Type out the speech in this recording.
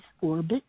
orbit